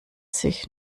sich